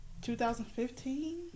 2015